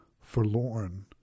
forlorn